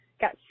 got